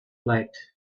light